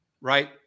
Right